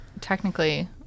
technically